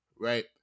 Right